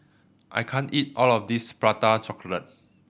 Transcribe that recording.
I can't eat all of this Prata Chocolate